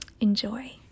Enjoy